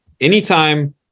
anytime